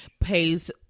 pays